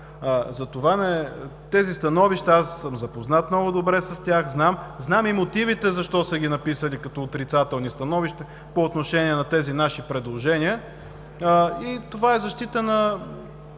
подкрепа. С тези становища съм запознат много добре, знам и мотивите защо са ги написали като отрицателни становища по отношение на тези наши предложения. Това е защита